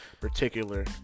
particular